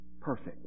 perfect